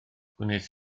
gwnes